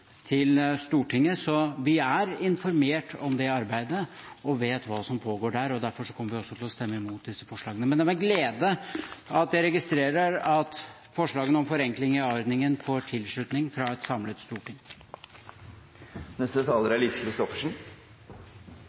Stortinget. Vi er informert om det arbeidet og vet hva som pågår der, og derfor kommer vi også til å stemme imot disse forslagene. Men det er med glede jeg registrerer at forslagene om forenkling i a-ordningen får tilslutning fra et samlet storting.